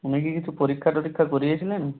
উনি কি কিছু পরীক্ষা টরীক্ষা করিয়েছিলেন